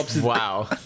Wow